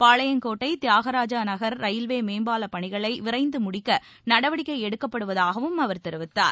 Palayamkottai Thiyagaraja Nagar railway மேம்பாலப் பணிகளை விரைந்து முடிக்க நடவடிக்கை எடுக்கப்படுவதாகவும் அவர் தெரிவித்தார்